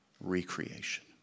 Recreation